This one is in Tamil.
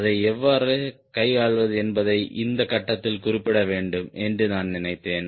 அதை எவ்வாறு கையாள்வது என்பதை இந்த கட்டத்தில் குறிப்பிட வேண்டும் என்று நான் நினைத்தேன்